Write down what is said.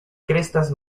crestas